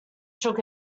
shook